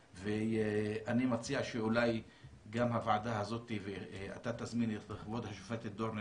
ואני מציע שאולי גם הוועדה הזאת ואתה תזמין את כבוד השופטת דורנר,